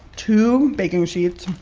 two baking sheets